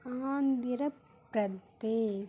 Andhra Pradesh